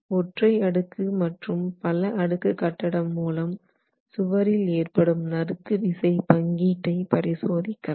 ஒற்றை அடுக்கு மற்றும் பல அடுக்கு கட்டடம் மூலம்சுவரில் ஏற்படும் நறுக்கு விசை பங்கீட்டை பரிசோதிக்கலாம்